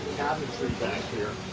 cabinetry back here.